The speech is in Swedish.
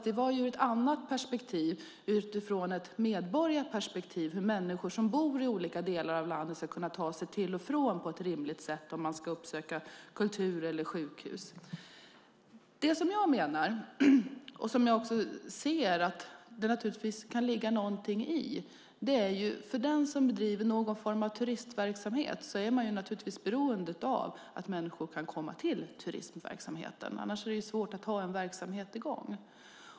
Det var dock ur ett annat perspektiv, ett medborgarperspektiv, och handlade om hur människor som bor i olika delar av landet ska kunna ta sig till och från på ett rimligt sätt om man ska uppsöka kultur eller sjukhus. Den som bedriver någon form av turistverksamhet är givetvis beroende av att människor kan komma till verksamheten. Annars är det svårt att hålla verksamheten i gång.